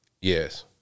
Yes